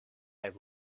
and